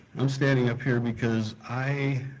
i'm standing up here because i